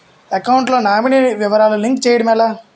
Account లో nominee వివరాలు link చేయటం ఎలా?